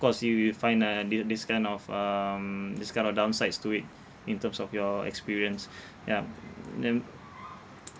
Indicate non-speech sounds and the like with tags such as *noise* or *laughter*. course you you'll find uh thi~ this kind of um this kind of downsides to it in terms of your experience yup *noise* then